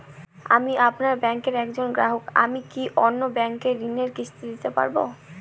আমি আপনার ব্যাঙ্কের একজন গ্রাহক আমি কি অন্য ব্যাঙ্কে ঋণের কিস্তি দিতে পারবো?